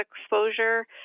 exposure